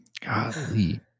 Golly